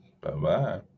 Bye-bye